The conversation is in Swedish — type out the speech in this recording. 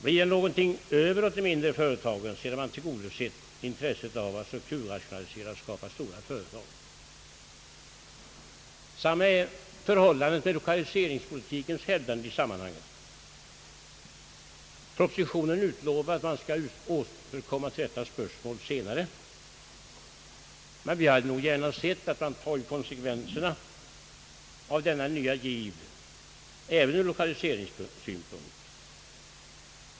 Blir det någonting över åt de mindre företagen, sedan man tillgodosett intresset av att strukturrationalisera och skapa stora företag? Detsamma är förhållandet med lokaliseringspolitikens hävdande i sammanhanget. Propositioner utlovar att man skall återkomma till detta spörsmål senare, men vi hade gärna sett att man dragit konsekvenserna av denna nya giv även ur lokaliseringssynpunkt.